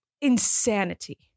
insanity